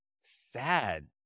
sad